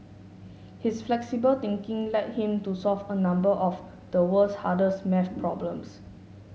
his flexible thinking led him to solve a number of the world's hardest maths problems